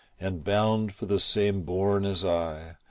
and bound for the same bourn as i,